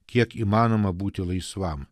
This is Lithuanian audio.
kiek įmanoma būti laisvam